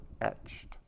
etched